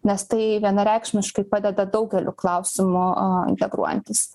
nes tai vienareikšmiškai padeda daugeliu klausimų a integruojantis